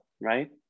right